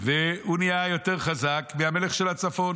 הוא נהיה יותר חזק מהמלך של הצפון.